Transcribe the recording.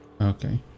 Okay